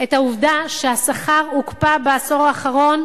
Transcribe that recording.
את העובדה שהשכר הוקפא בעשור האחרון.